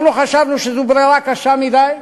אנחנו חשבנו שזו ברירה קשה מדי,